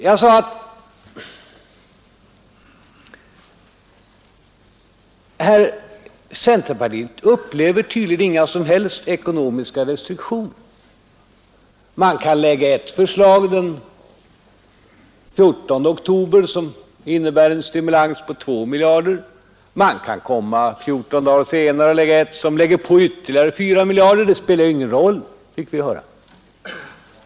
Jag sade att centerpartiet upplever tydligen inga som helst ekonomiska restriktioner. Man kan lägga ett förslag den 14 oktober, som innebär en stimulans på 2 miljarder. Man kan komma 14 dagar senare och lägga ett som lägger på ytterligare 4 miljarder. Det spelar ingen roll.